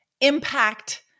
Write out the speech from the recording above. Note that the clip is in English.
impact